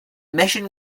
mission